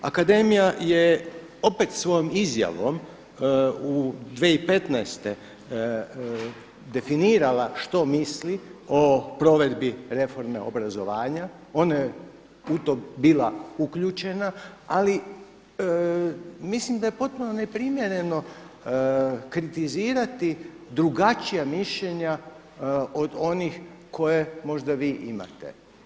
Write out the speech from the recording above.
Akademija je opet svojom izjavom u 2015. definirala što misli o provedbi Reforme obrazovanja, ona je u to bila uključena ali mislim da je potpuno neprimjereno kritizirati drugačija mišljenja od onih koje možda vi imate.